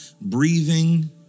breathing